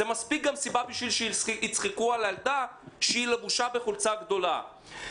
זה סיבה מספיקה כדי שיצחקו על הילדה שהיא לבושה בחולצה גדולה.